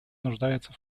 нуждается